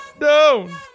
No